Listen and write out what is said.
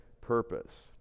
purpose